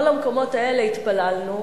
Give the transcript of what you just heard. לא למקומות האלה התפללנו,